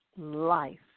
life